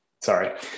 Sorry